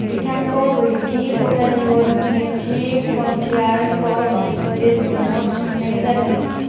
बिथांखौ ब्रैथि बेटालियन जिनैथि फ्रन्टियार फर्स रेजिमेन्ट आव थिसननाय जादोंमोन